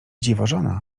dziwożona